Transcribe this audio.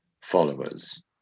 followers